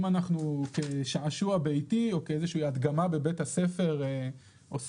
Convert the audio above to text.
אם אנחנו כשעשוע ביתי או כאיזושהי הדגמה בבית הספר עושים